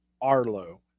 arlo